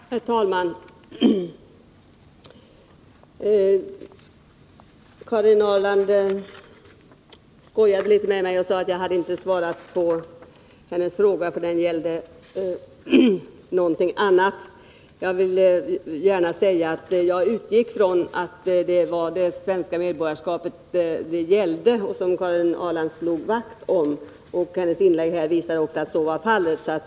Herr talman! Karin Ahrland skojade litet med mig och sade att jag inte hade svarat på hennes fråga, som gällde någonting annat. Jag utgick emellertid ifrån att det var det svenska medborgarskapet som Karin Ahrland ville slå vakt om, och hennes inlägg här visar också att så var fallet.